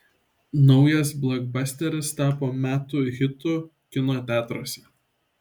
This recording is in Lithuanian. naujas blokbasteris tapo metų hitu kino teatruose